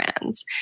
brands